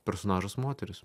personažas moteris